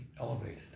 elevated